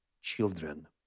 children